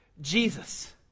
Jesus